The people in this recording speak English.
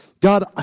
God